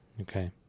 Okay